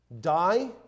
die